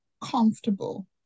comfortable